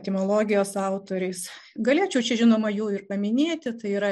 etimologijos autoriais galėčiau čia žinoma jų ir paminėti tai yra